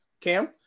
cam